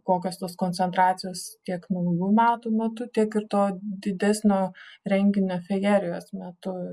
kokios tos koncentracijos tiek naujųjų metų metu tiek ir to didesnio renginio fejerijos metu